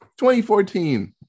2014